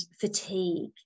fatigue